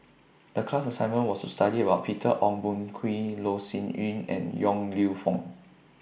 The class assignment was to study about Peter Ong Boon Kwee Loh Sin Yun and Yong Lew Foong